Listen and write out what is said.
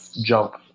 jump